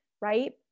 right